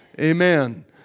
Amen